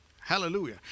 Hallelujah